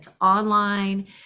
online